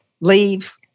leave